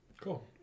Cool